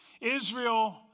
Israel